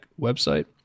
website